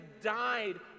died